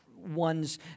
ones